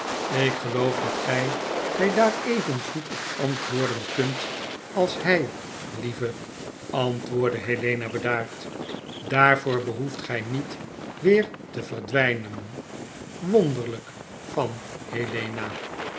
lk geloof dat gy my daar evengoed op antwoorden kunt als hy lieve antwoordde helena bedaard daarvoor behoeft gy niet weer te verdwynen wonderlyk van helena